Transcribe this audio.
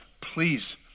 Please